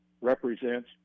represents